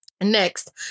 Next